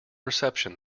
reception